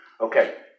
Okay